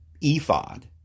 ephod